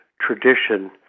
tradition